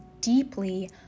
deeply